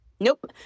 Nope